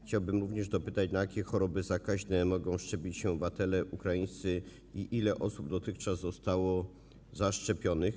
Chciałbym również dopytać, na jakie choroby zakaźne mogą szczepić się obywatele ukraińscy i ile osób dotychczas zostało zaszczepionych.